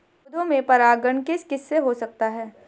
पौधों में परागण किस किससे हो सकता है?